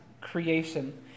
creation